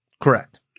Correct